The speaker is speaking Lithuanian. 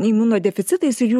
imunodeficitais ir jų